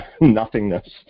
nothingness